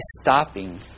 stopping